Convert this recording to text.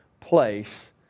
place